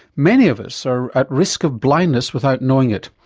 many of us are at risk of blindness without knowing it.